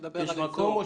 יש מקום?